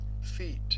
feet